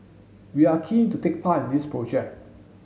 we are keen to take part in this project